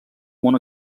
món